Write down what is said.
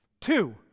Two